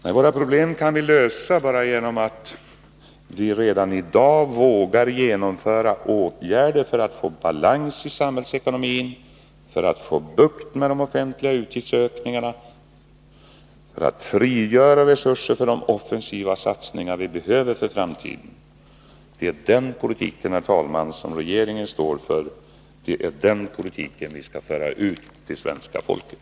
Nej, våra problem kan vi lösa bara genom att vi redan i dag vågar genomföra åtgärder för att få balans i samhällsekonomin, få bukt med de offentliga utgiftsökningarna och frigöra resurser för de offensiva satsningar vi behöver för framtiden. Det är den politiken, herr talman, som regeringen står för. Det är den politiken som vi skall föra ut till svenska folket.